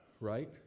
right